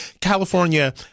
California